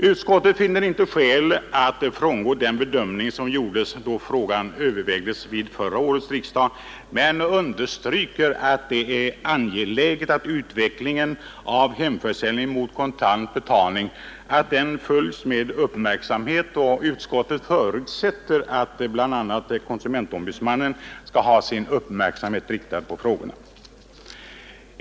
Utskottet finner inte skäl att frångå den bedömning som gjordes då frågan övervägdes vid förra årets riksdag men understryker att det är angeläget att utvecklingen av hemförsäljning mot kontant betalning följs med uppmärksamhet. Utskottet förutsätter att bl.a. konsumentombudsmannen skall ha sin uppmärksamhet riktad på frågorna.